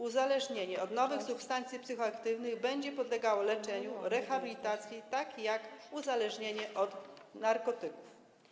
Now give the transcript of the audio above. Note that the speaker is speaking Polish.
Uzależnienie od nowych substancji psychoaktywnych będzie podlegało leczeniu, rehabilitacji tak jak uzależnienie od narkotyków.